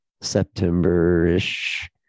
September-ish